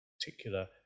particular